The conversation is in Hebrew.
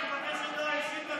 אני מבקש הודעה אישית,